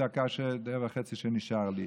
בדקה וחצי שנשארו לי.